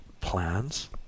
Plans